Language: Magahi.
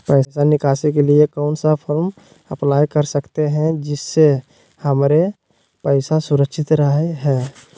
पैसा निकासी के लिए कौन सा फॉर्म अप्लाई कर सकते हैं जिससे हमारे पैसा सुरक्षित रहे हैं?